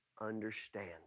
understand